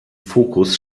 fokus